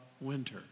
winter